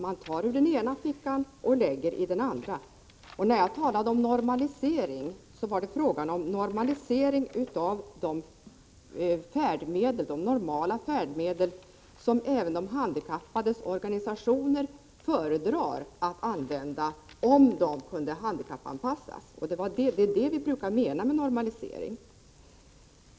Man tar ur den ena fickan och lägger i den andra. När jag talade om normalisering var det fråga om normalisering av de vanliga färdmedel som även de handikappades organisationer föredrar att använda, om de kan handikappanpassas. Det är det vi brukar mena med normalisering.